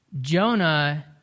Jonah